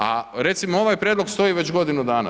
A recimo ovaj prijedlog stoji već godinu dana.